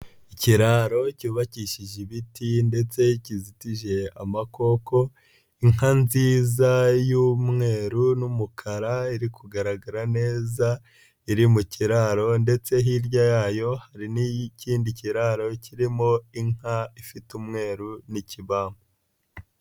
Ikiraro cyubakishije ibiti ndetse kizitije amakoko, inka nziza y'umweru n'umukara iri kugaragara neza iri mu kiraro ndetse hirya yayo hari n'iy'ikindi kiraro kirimo inka ifite umweru n'ikibamba.